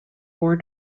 war